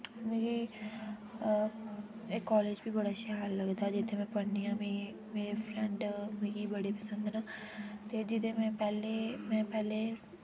मिगी एह् कालेज बी बड़ा शैल लगदा ऐ जित्थे में पढ़नी आं मेरे फ्रेन्ड बड़े पसन्द न ते जिथे में पेह्ले